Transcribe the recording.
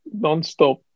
nonstop